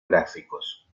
gráficos